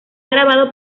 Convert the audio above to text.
grabado